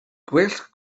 gwell